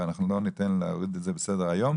ולא ניתן להוריד את זה מסדר היום,